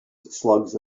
slugs